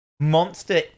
Monster